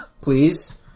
Please